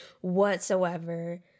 whatsoever